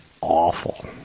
awful